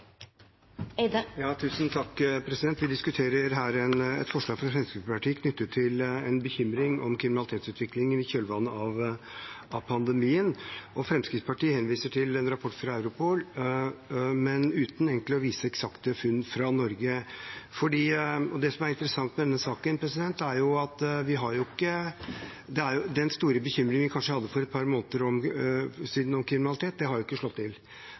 Vi diskuterer her et forslag fra Fremskrittspartiet knyttet til en bekymring om kriminalitetsutviklingen i kjølvannet av pandemien. Fremskrittspartiet henviser til en rapport fra Europol, men uten egentlig å vise eksakte funn fra Norge. Det som er interessant med denne saken, er at den store bekymringen vi kanskje hadde for et par måneder siden om kriminalitet, ikke har slått til. I all hovedsak er kriminaliteten i Norge fortsatt lav, og justisministeren bekrefter også i sitt brev til